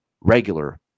regular